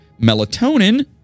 Melatonin